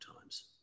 Times